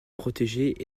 protéger